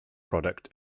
product